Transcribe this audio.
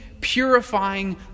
purifying